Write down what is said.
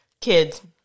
kids